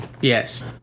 yes